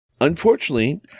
Unfortunately